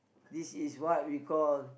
this is what we call